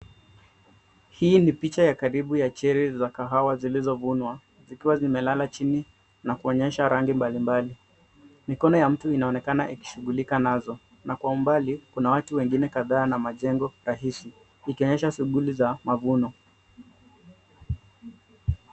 Hii ni picha ya karibu ya cherry [ cs] za kahawa zilizovunwa zikiwa zimelala chini na kuonyesha rangi mbali mbali. Mikono ya mtu inaonekana ikishughulika nazo. Na kwa umbali kuna watu wengine kadhaa na majengo sahihi ikionyesha shughuli za mavuno.